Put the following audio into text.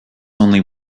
only